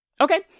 Okay